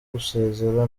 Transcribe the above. gusezera